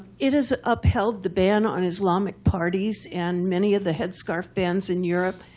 it has upheld the ban on islamic parties and many of the headscarf bans in europe.